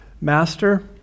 Master